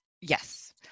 Yes